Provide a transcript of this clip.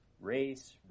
race